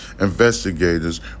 Investigators